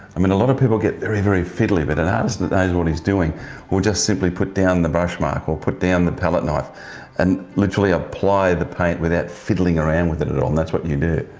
i mean a lot of people get very, very fiddly, but an artist that knows what he's doing will just simply put down the brush mark, or put down the palette knife and literally apply the paint without fiddling around with it at all, and that's what you do.